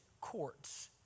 courts